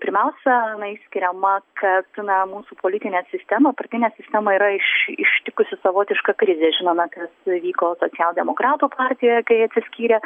pirmiausia išskiriama kad na mūsų politinę sistemą partinę sistemą yra iš ištikusi savotiška krizė žinome kas vyko socialdemokratų partijoje kai atsiskyrė